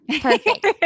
Perfect